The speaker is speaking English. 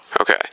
Okay